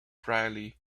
dryly